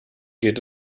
geht